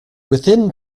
within